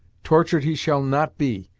tortured he shall not be,